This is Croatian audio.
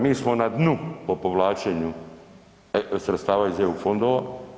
Mi smo na dnu po povlačenju sredstava iz eu fondova.